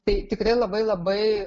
tai tikrai labai labai